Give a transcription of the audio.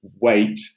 wait